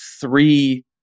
three